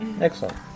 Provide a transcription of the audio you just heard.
Excellent